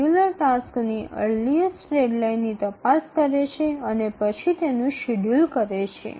scheduler task ની earliest ડેડલાઇનની તપાસ કરે છે અને પછી તેનું શેડ્યૂલ કરે છે